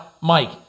Mike